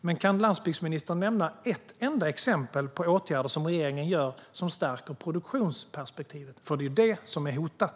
Men kan landsbygdsministern nämna ett enda exempel på åtgärder som regeringen vidtar som stärker produktionsperspektivet? Det är nämligen det som är hotat.